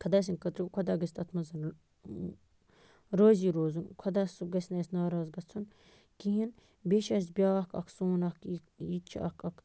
خۄداے سٕنٛدۍ خٲطرٕ خۄدا گژھِ تَتھ منٛز رٲزی روزُن خۄدا سُہ گژھِ نہٕ اَسہِ ناراض گژھُن کِہیٖنۍ بیٚیہِ چھِ اَسہِ بیٛاکھ اَکھ سون اَکھ یہِ یہِ چھِ اَکھ اَکھ